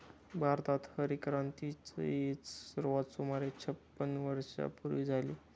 भारतात हरितक्रांतीची सुरुवात सुमारे छपन्न वर्षांपूर्वी झाली